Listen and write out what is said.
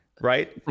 right